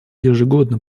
ежегодно